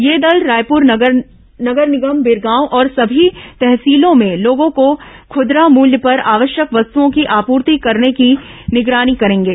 ये दल रायपुर नगर निगम बीरगांव और सभी तहसीलों में लोगों को खदरा मुल्य पर आवश्यक वस्तओं की आपूर्ति करने की निगरानी करेंगे